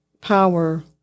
power